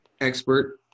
expert